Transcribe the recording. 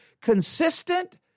consistent